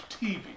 TV